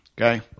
okay